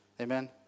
Amen